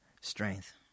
strength